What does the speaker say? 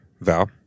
Val